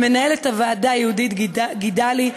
למנהלת הוועדה יהודית גידלי,